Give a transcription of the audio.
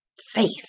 faith